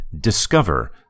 Discover